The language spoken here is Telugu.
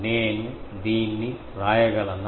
నేను దీన్ని వ్రాయగలనా